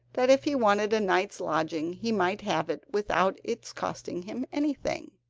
that if he wanted a night's lodging he might have it without its costing him anything.